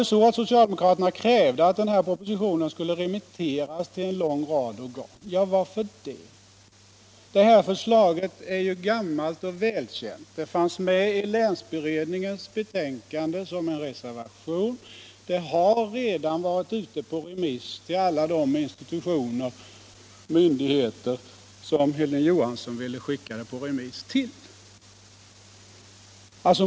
länsstyrelsen Socialdemokraterna krävde i utskottet att propositionen skulle remitteras till en lång rad organ. Men varför skulle man remittera propositionen? Detta förslag är ju gammalt och välkänt — det fanns med i länsberedningens betänkande i form av en reservation. Det har alltså redan varit ute på remiss till alla de institutioner och myndigheter som Hilding Johansson ville skicka det på remiss till.